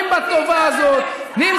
כופרים בטובה הזאת, אתה לא מבין כמה אתם גזענים.